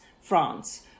France